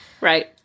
right